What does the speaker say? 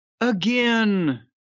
again